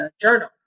Journal